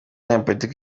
banyapolitiki